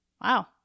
wow